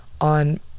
on